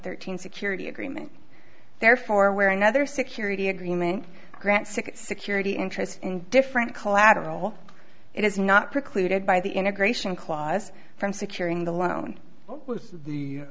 thirteen security agreement therefore where another security agreement grant six security interests in different collateral it is not precluded by the integration clause from securing the loan